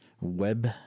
web